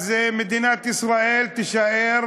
אז מדינת ישראל תישאר